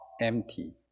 Empty